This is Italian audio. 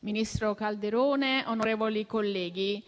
ministro Calderone, onorevoli colleghi,